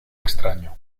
extraño